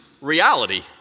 reality